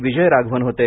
विजय राघवन होते